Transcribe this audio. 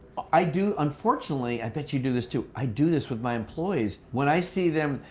i do, unfortunately, i bet you do this too i do this with my employees. when i see them,